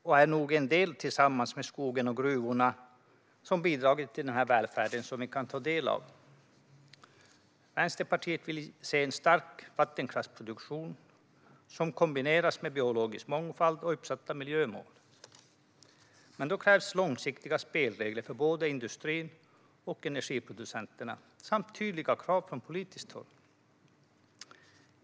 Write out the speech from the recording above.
Den är en del som tillsammans med skogen och gruvorna har bidragit till den välfärd som vi kan ta del av. Vänsterpartiet vill se en stark vattenkraftproduktion som kombineras med biologisk mångfald och uppsatta miljömål. Men då krävs långsiktiga spelregler för både industrin och energiproducenterna samt tydliga krav från politiskt håll.